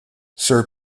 sir